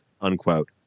unquote